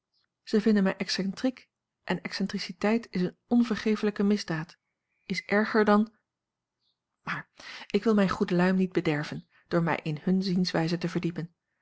zij vinden mij excentriek en excentriciteit is een overgeeflijke misdaad is erger dan maar ik wil mijne goede luim niet bederven door mij in hunne zienswijze te verdiepen